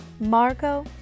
Margot